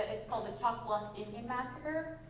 it's called the chalk bluff indian massacre.